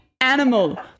animal